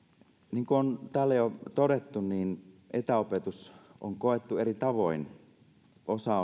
niin kuin on täällä jo todettu etäopetus on koettu eri tavoin osa